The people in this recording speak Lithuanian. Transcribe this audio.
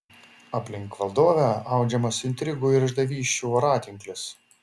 aplink valdovę audžiamas intrigų ir išdavysčių voratinklis